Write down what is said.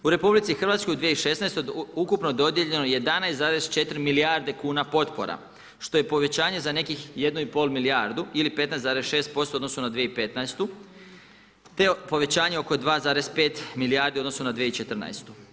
U RH u 2016. godini ukupno je dodijeljeno 11,4 milijarde kuna potpora, što je povećanje za nekih 1,5 milijardu ili 15,6% u odnosu na 2015. te povećanje oko 2,5 milijardi u odnosu na 2014.